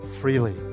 freely